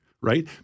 right